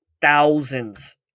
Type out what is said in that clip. thousands